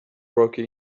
rocky